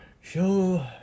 Show